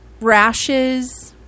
rashes